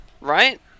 Right